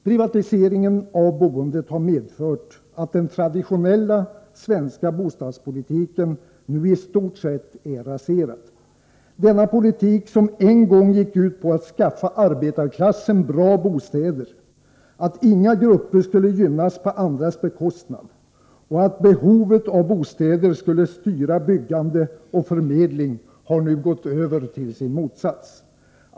Privatiseringen av boendet har medfört att den traditionella svenska bostadspolitiken nu i stort sett är raserad. Denna politik, som en gång gick ut på att skaffa arbetarklassen bra bostäder, att inga grupper skulle gynnas på andras bekostnad och att behovet av bostäder skulle styra byggande och förmedling, har nu gått över i sin motsats.